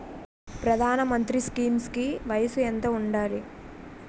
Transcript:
ప్రధాన మంత్రి స్కీమ్స్ కి వయసు ఎంత ఉండాలి?